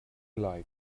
like